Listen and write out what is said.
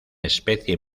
especie